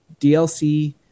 DLC